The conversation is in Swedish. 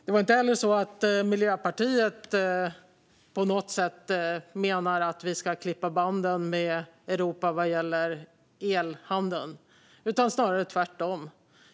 Det är inte heller så att Miljöpartiet på något sätt menar att vi ska klippa banden med Europa vad gäller elhandeln, snarare tvärtom.